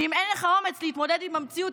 ואם אין לך אומץ להתמודד עם המציאות,